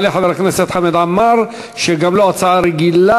יעלה חבר הכנסת חמד עמאר, שגם לו הצעה רגילה,